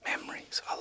Memories